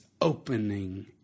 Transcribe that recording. opening